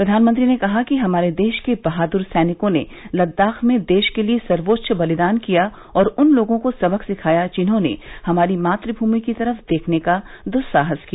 प्रधानमंत्री ने कहा कि हमारे देश के बहाद्र सैनिकों ने लददाख में देश के लिए सर्वोच्च बलिदान किया और उन लोगों को सबक सिखाया जिन्होंने हमारी मातृभूमि की तरफ देखने का दुस्साहस किया